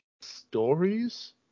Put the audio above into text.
stories